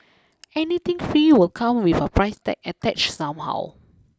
anything free will come with a price tag attached somehow